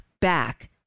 back